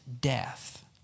death